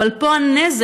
אבל פה הנזק,